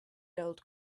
gold